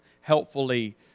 helpfully